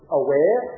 aware